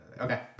Okay